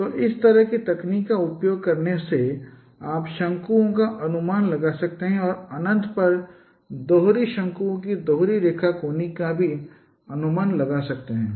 तो इस तरह की तकनीक का उपयोग करने से आप शंकुओं का अनुमान लगा सकते हैं और अनंत पर दोहरी शंकु की दोहरी रेखा कोनिक का भी अनुमान लगा सकते हैं